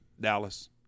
Dallas